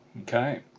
Okay